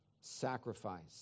sacrifice